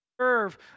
serve